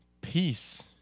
peace